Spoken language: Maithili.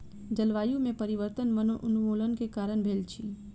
जलवायु में परिवर्तन वनोन्मूलन के कारण भेल अछि